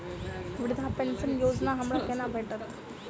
वृद्धा पेंशन योजना हमरा केना भेटत?